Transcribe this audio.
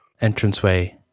entranceway